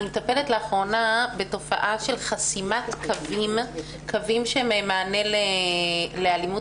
אני מטפלת לאחרונה בתופעה של חסימת קווים שהם מענה לאלימות